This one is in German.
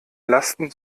lasten